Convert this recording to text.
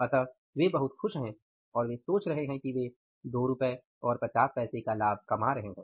अतः वे बहुत खुश हैं और वे सोच रहे हैं कि वे 2 रु और 50 पैसे का लाभ कमा रहे हैं